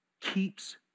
keeps